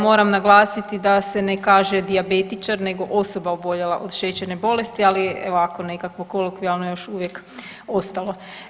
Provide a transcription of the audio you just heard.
Moram naglasiti da se ne kaže dijabetičar nego osoba oboljela od šećerne bolesti, ali evo ako nekako kolokvijalno je još uvijek ostalo.